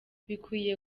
bikwiye